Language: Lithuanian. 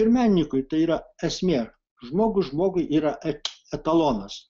ir menininkui tai yra esmė žmogus žmogui yra et etalonas